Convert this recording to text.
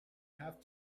have